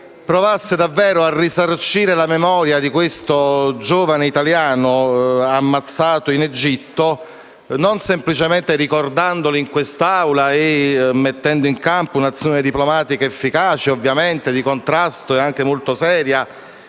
provasse davvero a risarcire la memoria di questo giovane italiano ammazzato in Egitto, non semplicemente ricordandolo in quest'Aula e mettendo in campo un'azione diplomatica efficace e anche di contrasto molto seria,